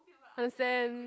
understand